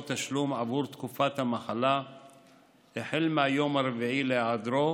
תשלום עבור תקופת המחלה החל מהיום הרביעי להיעדרו,